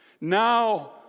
Now